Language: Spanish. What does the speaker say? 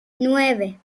nueve